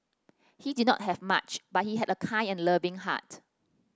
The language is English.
he did not have much but he had a kind and loving heart